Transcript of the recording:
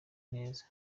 neza